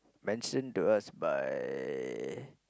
mentioned to us by